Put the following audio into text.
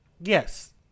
Yes